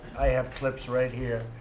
i have clips right here.